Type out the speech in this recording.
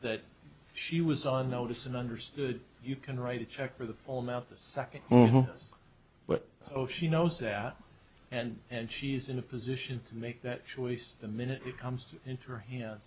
that she was on notice and understood you can write a check for the full mouth the second but oh she knows that and and she's in a position to make that choice the minute it comes into her hand